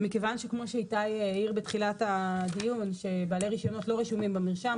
מכיוון שכמו שאיתי העיר בתחילת הדיון שבעלי רישיונות לא רשומים במרשם,